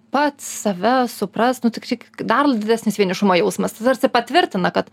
pats save supras nu tiktai dar didesnis vienišumo jausmas tai tarsi patvirtina kad